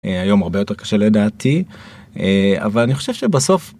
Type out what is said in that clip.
היום הרבה יותר קשה לדעתי אבל אני חושב שבסוף.